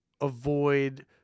avoid